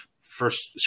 first